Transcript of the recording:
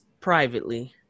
privately